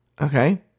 Okay